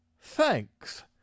thanks